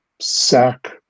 sack